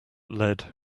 lead